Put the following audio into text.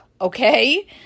okay